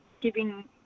giving